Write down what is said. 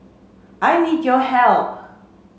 I need your help